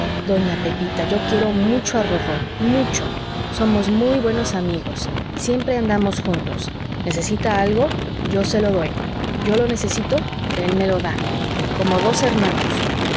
doña pepita yo quiero mucho a rorró mucho somos muy buenos amigos siempre andamos juntos necesita algo yo se lo doy yo lo necesito el me lo da cómo dos hermanos